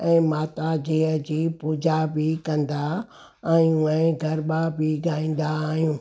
ऐं माता जीअ जी पूजा बि कंदा आहियूं ऐं गरबा बि ॻाईंदा आहियूं